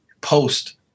post